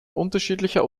unterschiedlicher